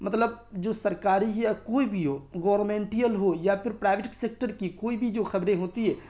مطلب جو سرکاری ہی یا کوئی بھی ہو گورمنٹیل ہو یا پھر پرائیوٹ سیکٹر کی کوئی بھی جو خبریں ہوتی ہے